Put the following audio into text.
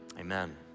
Amen